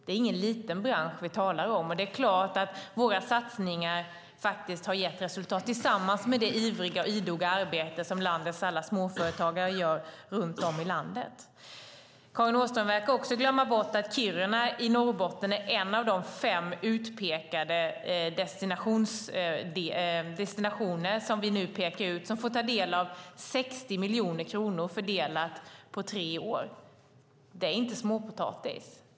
Det är ingen liten bransch vi talar om. Och det är klart att våra satsningar faktiskt har gett resultat tillsammans med det ivriga och idoga arbete som alla småföretagare gör runtom i landet. Karin Åström verkar också glömma bort att Kiruna i Norrbotten är en av de fem utpekade destinationer som får ta del av 60 miljoner kronor fördelat på tre år. Det är inte småpotatis.